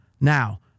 Now